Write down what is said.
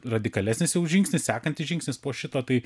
radikalesnis jau žingsnį sekantis žingsnis po šito tai